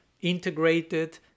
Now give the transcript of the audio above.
integrated